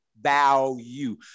value